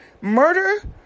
murder